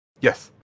Yes